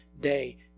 day